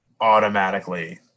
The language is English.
automatically